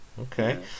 okay